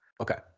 Okay